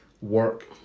work